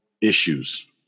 issues